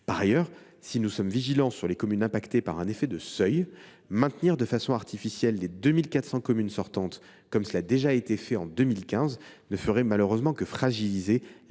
Par ailleurs, si nous sommes vigilants sur les communes touchées par un effet de seuil, maintenir de façon artificielle dans le dispositif les 2 400 communes sortantes, comme cela a été fait en 2015, ne ferait malheureusement que fragiliser les 4 000 communes